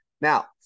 now